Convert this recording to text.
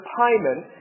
payment